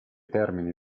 termini